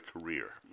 career